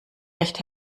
recht